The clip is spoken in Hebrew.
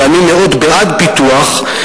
ואני מאוד בעד פיתוח,